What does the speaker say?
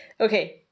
Okay